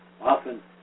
often